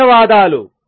ధన్యవాదాలు